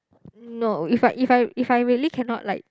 no if I if I if I really cannot like